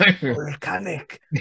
Volcanic